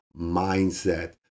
mindset